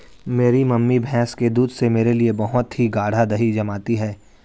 मेरी मम्मी भैंस के दूध से मेरे लिए बहुत ही गाड़ा दही जमाती है